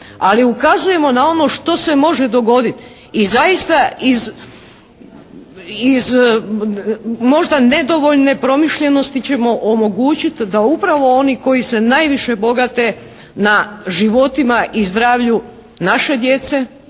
ali ukazujemo na ono što se može dogoditi i zaista iz možda nedovoljne promišljenosti ćemo omogućiti da upravo oni koji se najviše bogate na životima i zdravlju naše djece,